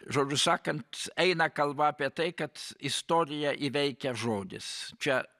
žodžiu sakant eina kalba apie tai kad istoriją įveikia žodis čia